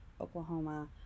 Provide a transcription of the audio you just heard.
Oklahoma